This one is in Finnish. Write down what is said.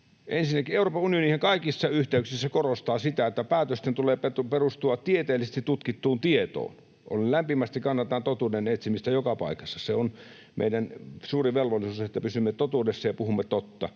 Ensinnäkin Euroopan unionihan kaikissa yhteyksissä korostaa sitä, että päätösten tulee perustua tieteellisesti tutkittuun tietoon. Lämpimästi kannatan totuuden etsimistä joka paikassa. Se on meidän suuri velvollisuutemme, että pysymme totuudessa ja puhumme totta